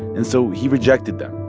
and so he rejected them.